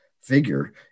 figure